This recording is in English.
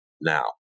now